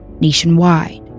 nationwide